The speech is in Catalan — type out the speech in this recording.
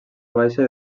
baixa